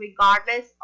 regardless